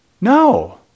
No